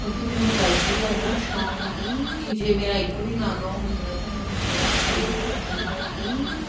ਕਿਉਂਕਿ ਮੈਨੂੰ ਗਾਇਕੀ ਦਾ ਇੰਨਾ ਸ਼ੌਂਕ ਆ ਕਿ ਜੇ ਮੇਰਾ ਇੱਕ ਵੀ ਨਾਗਾ ਹੁੰਦਾ ਤਾਂ ਮੈਨੂੰ ਬੜਾ ਖਾਲੀਪਨ ਲੱਗਦਾ ਕਿ